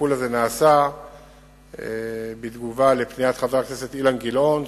הטיפול הזה נעשה בתגובה לפניית חבר הכנסת אילן גילאון,